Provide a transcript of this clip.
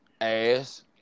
ass